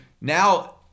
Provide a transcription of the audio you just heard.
now